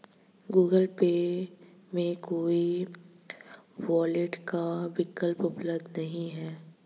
Google Pay में कोई wallet का विकल्प उपलब्ध नहीं है